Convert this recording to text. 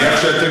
נעשה את זה.